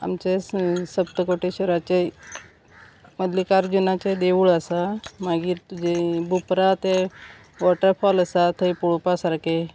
आमचे सप्तकोटेश्वराचे मल्लिकार्जुनाचे देवूळ आसा मागीर तुजे बुपरा ते वॉटरफॉल आसा थंय पळोवपा सारकें